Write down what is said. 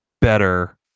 better